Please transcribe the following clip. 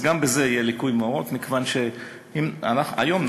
אז גם בזה יהיה ליקוי מאורות,